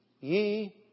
ye